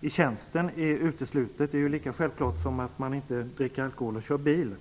i tjänsten är uteslutet. Det är lika självklart som att man inte dricker alkohol och kör bil.